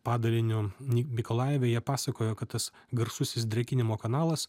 padaliniu ni mikolajeve jie pasakojo kad tas garsusis drėkinimo kanalas